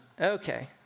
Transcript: Okay